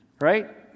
Right